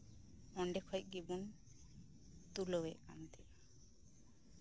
ᱚᱱᱰᱮ ᱠᱷᱚᱱ ᱜᱮᱵᱚᱵ ᱛᱩᱞᱟᱹᱣᱮᱫ ᱛᱟᱸᱦᱮᱱᱟ